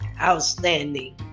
outstanding